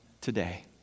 today